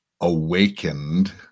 awakened